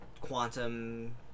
quantum